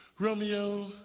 Romeo